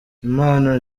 impano